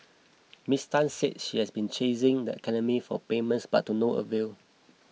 Ms Tan said she has been chasing the academy for payments but to no avail